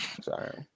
Sorry